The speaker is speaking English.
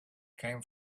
came